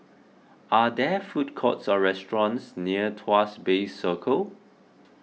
are there food courts or restaurants near Tuas Bay Circle